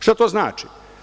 Šta to znači?